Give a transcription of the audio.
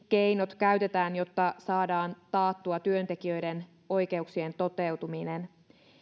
keinot käytetään jotta saadaan taattua työntekijöiden oikeuksien toteutuminen